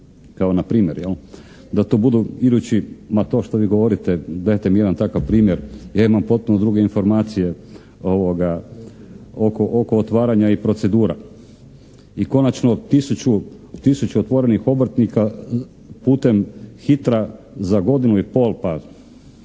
…… /Upadica se ne čuje./ … Ma to što vi govorite, dajte mi jedan takav primjer, ja imam potpuno druge informacije oko otvaranja i procedura. I konačno tisuću otvorenih obrtnika putem HITRO-a za godinu i pol pa